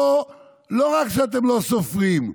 אותו לא רק שאתם לא סופרים,